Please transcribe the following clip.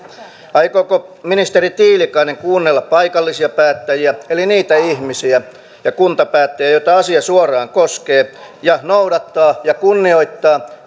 aikooko ministeri tiilikainen kuunnella paikallisia päättäjiä eli niitä ihmisiä ja kuntapäättäjiä joita asia suoraan koskee ja noudattaa ja kunnioittaa